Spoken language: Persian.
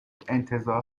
انتظار